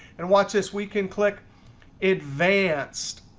and watch this. we can click advanced.